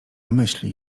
myśli